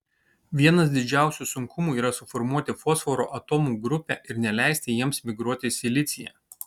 vienas didžiausių sunkumų yra suformuoti fosforo atomų grupę ir neleisti jiems migruoti silicyje